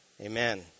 Amen